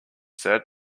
said